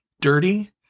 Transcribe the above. dirty